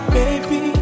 baby